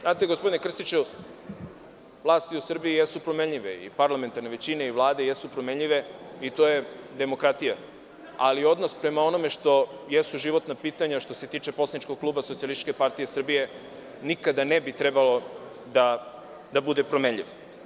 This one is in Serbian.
Znate, gospodine Krstiću, vlasti u Srbiji jesu promenljive, parlamentarne većine i vlade jesu promenljive i to je demokratija, ali odnos prema onome što jesu životna pitanja, što se tiče poslaničkog kluba SPS, nikada ne bi trebao da bude promenljiv.